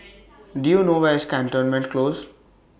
Do YOU know Where IS Cantonment Close